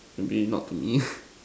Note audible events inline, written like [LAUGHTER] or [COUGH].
maybe not to me [NOISE]